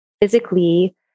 physically